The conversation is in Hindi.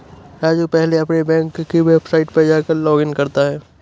राजू पहले अपने बैंक के वेबसाइट पर जाकर लॉगइन करता है